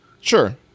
sure